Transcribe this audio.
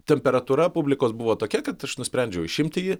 temperatūra publikos buvo tokia kad aš nusprendžiau išimti jį